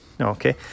Okay